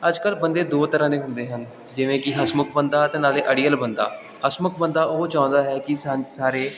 ਅੱਜ ਕੱਲ੍ਹ ਬੰਦੇ ਦੋ ਤਰ੍ਹਾਂ ਦੇ ਹੁੰਦੇ ਹਨ ਜਿਵੇਂ ਕਿ ਹੱਸਮੁੱਖ ਬੰਦਾ ਅਤੇ ਨਾਲੇ ਅੜੀਅਲ ਬੰਦਾ ਹੱਸਮੁੱਖ ਬੰਦਾ ਉਹ ਚਾਹੁੰਦਾ ਹੈ ਕਿ ਸਾ ਸਾਰੇ